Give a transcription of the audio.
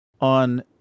on